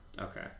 Okay